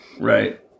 Right